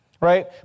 right